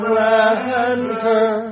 render